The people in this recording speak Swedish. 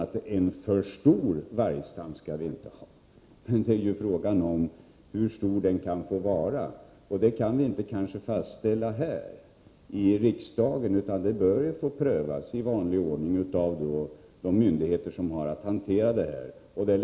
Vi skall inte ha för stor vargstam. Men frågan är ju hur stor den kan få vara. Det kan vi inte fastställa här i riksdagen, utan den frågan bör prövas i vanlig ordning av de myndigheter som har att hantera ärenden av detta slag.